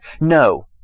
No